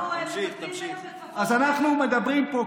אנחנו מקבלים,